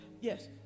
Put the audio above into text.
Yes